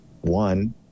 one